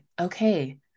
okay